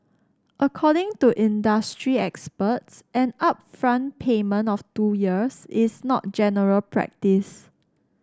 according to industry experts an upfront payment of two years is not general practice